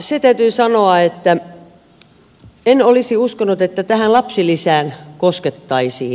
se täytyy sanoa että en olisi uskonut että tähän lapsilisään koskettaisiin